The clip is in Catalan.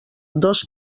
dos